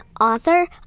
author